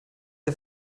der